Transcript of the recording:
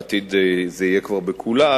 בעתיד זה יהיה כבר בכולה,